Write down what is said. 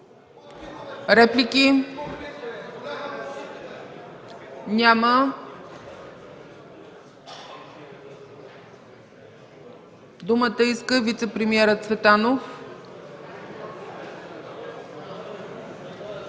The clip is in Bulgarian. Реплики? Няма. Думата поиска вицепремиерът Цветанов.